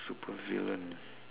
supervillain